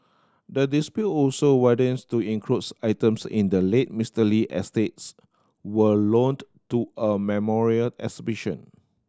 the dispute also widens to includes items in the late Mister Lee estates were loaned to a memorial exhibition